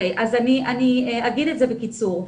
אני אומר בקיצור.